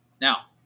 Now